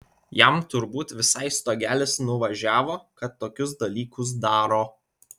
jam turbūt visai stogelis nuvažiavo kad tokius dalykus daro